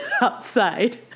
outside